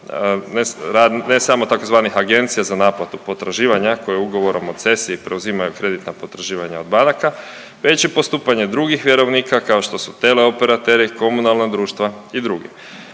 ne samo tzv. Agencija za naplatu potraživanja koje ugovorom o cesiji preuzimaju kreditna potraživanja od banaka već i postupanje drugih vjerovnika kao što su tele operateri, komunalna društva i drugi.